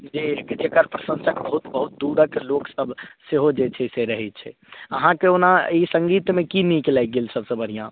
जे एकर प्रशंसक बहुत बहुत दूरक लोकसभ सेहो जे छै से रहैत छै अहाँकेँ ओना अइ सङ्गीतमे की नीक लागि गेल सबसँ बढ़िआँ